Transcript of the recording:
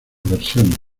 versiones